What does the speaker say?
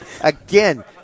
Again